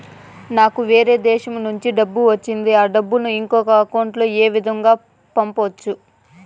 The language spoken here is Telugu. నాకు వేరే దేశము నుంచి డబ్బు వచ్చింది ఆ డబ్బును ఇంకొక అకౌంట్ ఏ విధంగా గ పంపొచ్చా?